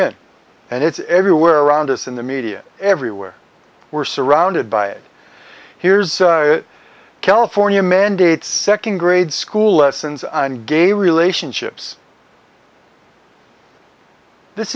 in and it's everywhere around us in the media everywhere we're surrounded by it here's california mandates second grade school lessons on gay relationships this